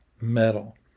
metal